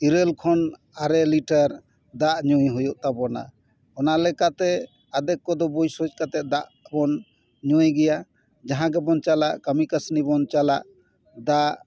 ᱤᱨᱟᱹᱞ ᱠᱷᱚᱱ ᱟᱨᱮ ᱞᱤᱴᱟᱨ ᱫᱟᱜ ᱧᱩᱭ ᱦᱩᱭᱩᱜ ᱛᱟᱵᱚᱱᱟ ᱚᱱᱟ ᱞᱮᱠᱟ ᱛᱮ ᱟᱫᱷᱮᱠ ᱠᱚᱫᱚ ᱵᱩᱡᱽᱼᱥᱩᱡᱽ ᱠᱟᱛᱮ ᱫᱟᱜ ᱵᱚᱱ ᱧᱩᱭ ᱜᱮᱭᱟ ᱡᱟᱦᱟᱸ ᱜᱮᱵᱚᱱ ᱪᱟᱞᱟᱜ ᱠᱟᱹᱢᱤ ᱠᱟᱥᱱᱤ ᱵᱚᱱ ᱪᱟᱞᱟᱜ ᱫᱟᱜ